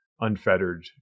unfettered